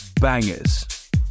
bangers